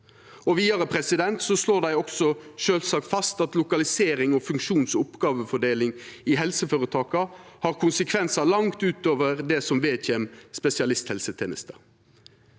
og varetekne. Vidare slår dei sjølvsagt fast at lokalisering og funksjons- og oppgåvefordeling i helseføretaka har konsekvensar langt utover det som vedkjem spesialisthelsetenesta.